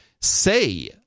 say